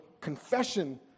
confession